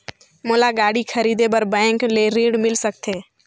मोला गाड़ी खरीदे बार बैंक ले ऋण मिल सकथे?